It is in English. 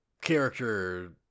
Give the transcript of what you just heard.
character